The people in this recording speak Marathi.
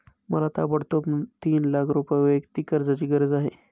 मला ताबडतोब तीन लाख रुपये वैयक्तिक कर्जाची गरज आहे